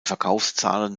verkaufszahlen